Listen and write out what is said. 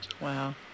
wow